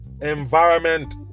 environment